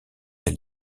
elle